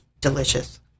delicious